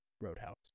Roadhouse